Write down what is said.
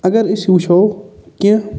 اگر أسۍ وٕچھَو کیٚنہہ